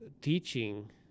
teaching